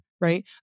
Right